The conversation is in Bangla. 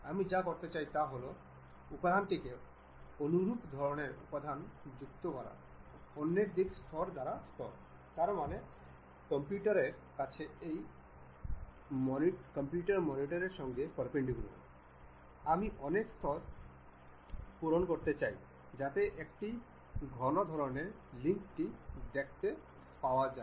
আমি যা করতে চাই তা হল উপাদানটিকে অনুরূপ ধরণের উপাদান যুক্ত করা অন্য দিকে স্তর দ্বারা স্তর তার মানে কম্পিউটারের কাছে এটি সাধারণত কম্পিউটার মনিটর এর সঙ্গে পারপেন্ডিকুলার আমি অনেক স্তর পূরণ করতে চাই যাতে একটি ঘন ধরণের লিঙ্ক টি দেখতে চাই